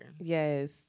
Yes